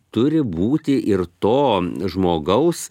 turi būti ir to žmogaus